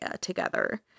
together